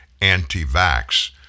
anti-vax